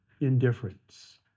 indifference